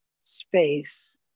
space